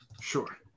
Sure